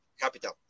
capital